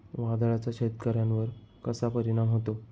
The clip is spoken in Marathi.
वादळाचा शेतकऱ्यांवर कसा परिणाम होतो?